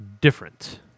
different